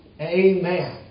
Amen